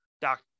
Doc